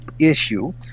issue